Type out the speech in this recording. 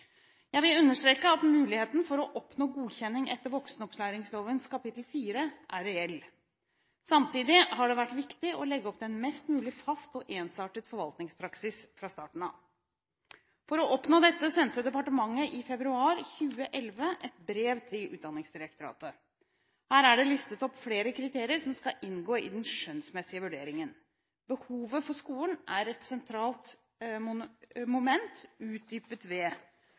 Jeg vil understreke at muligheten for å oppnå godkjenning etter voksenopplæringsloven kapittel 4 er reell. Samtidig har det vært viktig å legge opp til en mest mulig fast og ensartet forvaltningspraksis fra starten av. For å oppnå dette sendte departementet i februar 2011 et brev til Utdanningsdirektoratet. Her er det listet opp flere kriterier som skal inngå i den skjønnsmessige vurderingen. Behovet for skolen er et sentralt moment, utdypet ved: